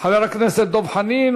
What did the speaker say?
חבר הכנסת דב חנין,